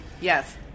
Yes